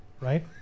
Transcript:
right